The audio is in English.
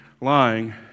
lying